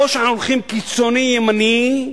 או שאנחנו הולכים, קיצוני ימני,